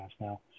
now